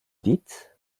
dites